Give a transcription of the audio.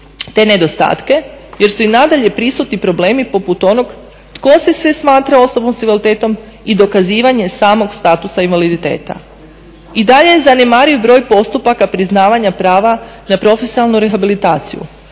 te nedostatke jer su i nadalje prisutni problemi poput onog tko se sve smatra osobom sa invaliditetom i dokazivanje samog statusa invaliditeta. I dalje je zanemariv broj postupaka priznavanja prava na profesionalnu rehabilitaciju,